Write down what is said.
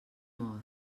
mor